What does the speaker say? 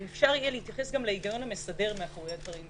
אם אפשר יהיה גם להתייחס להיגיון המסדר מאחורי הדברים.